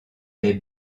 les